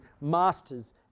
masters